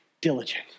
diligent